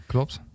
Klopt